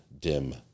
dim